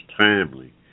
timely